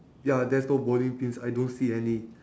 ya there's no bowling pins I don't see any